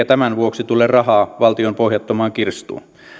tämän vuoksi tule rahaa valtion pohjattomaan kirstuun